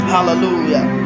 Hallelujah